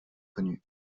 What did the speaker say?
connue